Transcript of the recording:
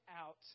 out